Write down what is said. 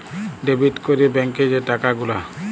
debit ক্যরে ব্যাংকে যে টাকা গুলা